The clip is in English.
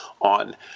on